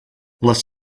les